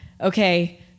okay